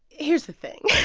here's the thing